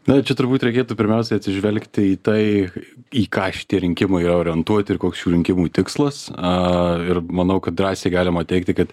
na čia turbūt reikėtų pirmiausia atsižvelgti į tai į ką šitie rinkimai orientuoti ir koks jų rinkimų tikslas a ir manau kad drąsiai galima teigti kad